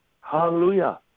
Hallelujah